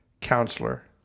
Counselor